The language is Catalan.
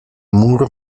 mur